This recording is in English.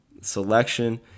selection